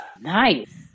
Nice